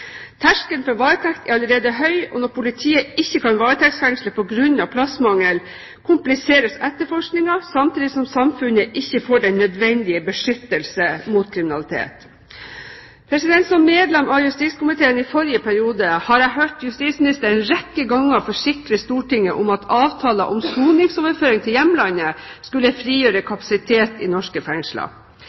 Terskelen for varetekt er allerede høy, og når politiet ikke kan varetektsfengsle på grunn av plassmangel, kompliseres etterforskningen, samtidig som samfunnet ikke får den nødvendige beskyttelse mot kriminalitet. Som medlem av justiskomiteen i forrige periode har jeg hørt justisministeren en rekke ganger forsikre Stortinget om at avtaler om soningsoverføring til hjemlandet skulle frigjøre kapasitet i norske fengsler.